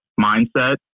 mindset